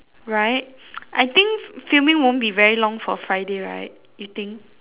right I think filming won't be very long for Friday right you think